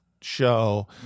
show